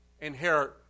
inherit